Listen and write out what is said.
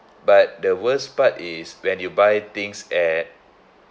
but the worst part is when you buy things at